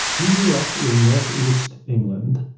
you grew up in northeast england.